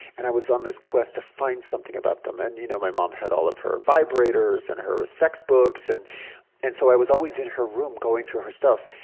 and i was on this quest to find something about them, and you know, my mom had all of her vibrators and her ah sex books, and and so i was always in her room going through her stuff.